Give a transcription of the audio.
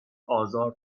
آزار